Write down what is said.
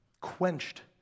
quenched